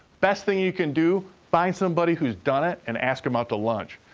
best thing you can do, find somebody who's done it and ask them out to lunch.